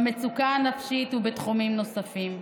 במצוקה הנפשית ובתחומים נוספים.